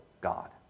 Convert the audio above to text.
God